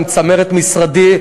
עם צמרת משרדי,